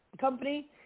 company